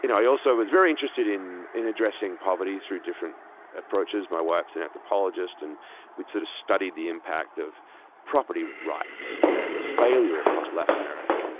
i also was very interested in in addressing poverty through different approaches. my wife is an anthropologists, and we'd sort of studied the impact of property rights as a failure across latin america. and